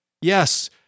Yes